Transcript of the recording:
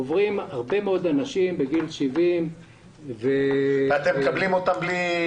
עוברים הרבה מאוד אנשים בגיל 70. אתם מקבלים אותם בלי בעיה.